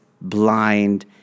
blind